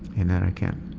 and that i can't,